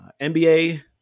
NBA